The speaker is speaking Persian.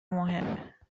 مهمه